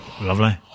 Lovely